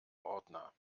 ordner